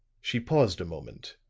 she paused a moment,